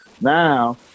Now